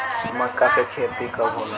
मक्का के खेती कब होला?